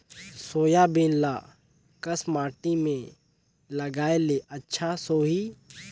Soybean ल कस माटी मे लगाय ले अच्छा सोही?